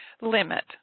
limit